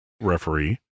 referee